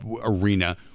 arena—